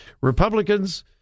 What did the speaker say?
Republicans